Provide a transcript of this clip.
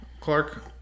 Clark